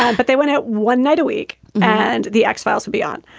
but they went out one night a week and the x-files would be on.